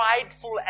prideful